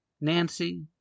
Nancy